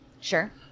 Sure